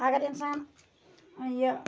اَگَر اِنسان یہِ